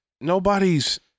nobody's